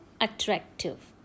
attractive